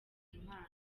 impano